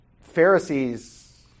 Pharisees